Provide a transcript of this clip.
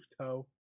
toe